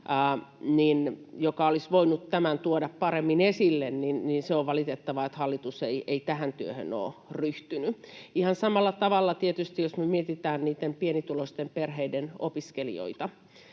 mikä olisi voinut tämän tuoda paremmin esille. On valitettavaa, että hallitus ei tähän työhön ole ryhtynyt. Ihan samalla tavalla, jos me mietitään niitten pienituloisten perheiden opiskelijoita,